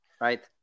right